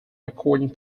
recording